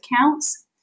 counts